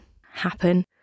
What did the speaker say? happen